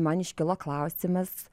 man iškilo klausimas